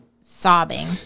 sobbing